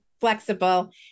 flexible